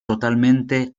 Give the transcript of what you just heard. totalmente